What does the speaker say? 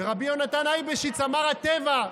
ורבי יהונתן אייבשיץ אמר: הטבע.